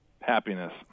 Happiness